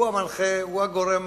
הוא המנחה, הוא הגורם